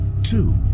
two